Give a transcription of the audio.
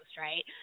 right